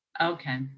Okay